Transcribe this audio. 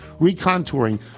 recontouring